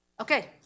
Okay